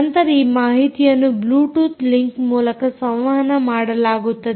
ನಂತರ ಈ ಮಾಹಿತಿಯನ್ನು ಬ್ಲೂಟೂತ್ ಲಿಂಕ್ ಮೂಲಕ ಸಂವಹನ ಮಾಡಲಾಗುತ್ತದೆ